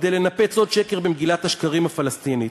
כדי לנפץ עוד שקר במגילת השקרים הפלסטינית: